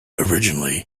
originally